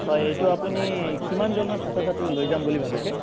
হয় এইটো আপুনি কিমানজন মান ছাত্ৰ ছাত্ৰীক লৈ যাম বুলি ভাবিছে